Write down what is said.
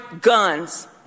Guns